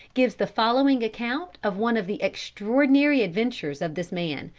gives the following account of one of the extraordinary adventures of this man,